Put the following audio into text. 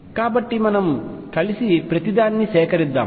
కాబట్టి మనం కలిసి ప్రతిదాన్నీ సేకరిద్దాం